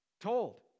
Told